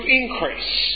increase